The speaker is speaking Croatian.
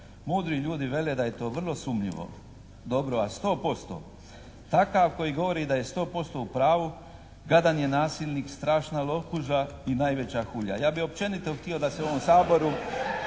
Modri ljudi vele da je to vrlo sumnjivo. Dobro. A 100%? Takav koji govori da je 100% u pravu gadan je nasilnik, strašna lopuža i najveća hulja.". Ja bi općenito htio da se u ovom Saboru